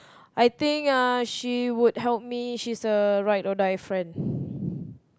I think uh she would help me she's a ride or die friend